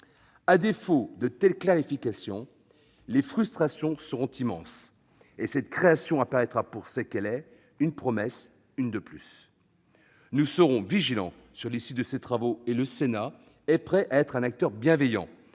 À défaut de telles clarifications, les frustrations seront immenses, et cette création apparaîtra pour ce qu'elle est : une promesse de plus. Nous serons vigilants sur l'issue de ces travaux. Le Sénat est prêt à être un acteur bienveillant